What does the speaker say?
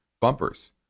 bumpers